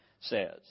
says